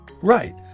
Right